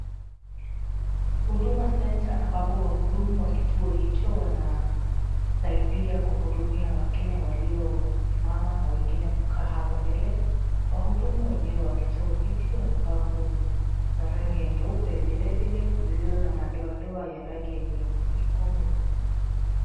Huduma centre ambapo wahudumu wa kituo hicho wanasaidia kuhudumia wakenya waliosimama na wengine kukaa hapo mbele. Wahudumu wenyewe wa kituo hiki vya rangi ya n wamevaa nguo za rangi nyeupe vile vile vilivyo na madoadoa ya rangi nyekundu.